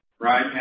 Right